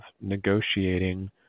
negotiating